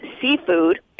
seafood